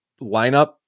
lineup